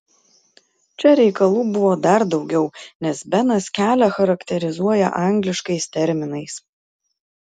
čia reikalų buvo dar daugiau nes benas kelią charakterizuoja angliškais terminais